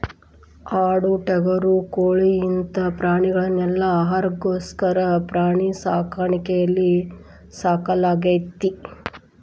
ಆಡು ಟಗರು ಕೋಳಿ ಇಂತ ಪ್ರಾಣಿಗಳನೆಲ್ಲ ಆಹಾರಕ್ಕೋಸ್ಕರ ಪ್ರಾಣಿ ಸಾಕಾಣಿಕೆಯಲ್ಲಿ ಸಾಕಲಾಗ್ತೇತಿ